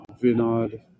Vinod